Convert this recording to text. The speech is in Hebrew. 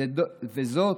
זאת,